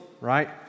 right